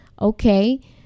okay